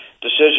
decision